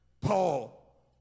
Paul